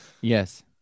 Yes